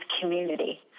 community